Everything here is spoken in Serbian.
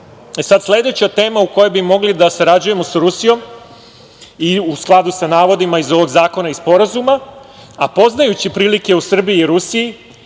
Srbiji. Sledeća tema u kojoj bi mogli da sarađujemo sa Rusijom i u skladu sa navodima iz ovog zakona i sporazuma, a poznajući prilike u Srbiji i Rusiji